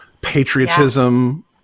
patriotism